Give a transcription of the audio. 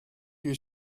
you